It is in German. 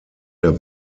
der